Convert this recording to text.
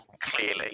clearly